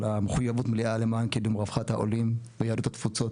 על המחויבות המלאה למען קידום רווחת העולים ויהדות התפוצות,